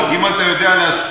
אם אתה יודע כן.